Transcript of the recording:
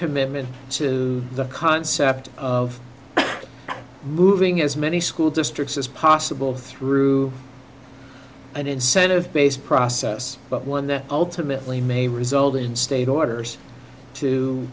commitment to the concept of moving as many school districts as possible through an incentive based process but one that ultimately may result in state orders